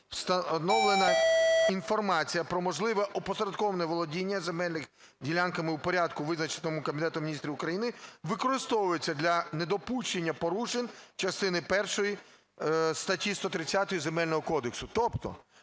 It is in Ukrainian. Встановлена інформація про можливе опосередковане володіння земельними ділянками у порядку, визначеному Кабінетом Міністрів України, використовується для недопущення порушень частини 1 статті 130 Земельного кодексу." Тобто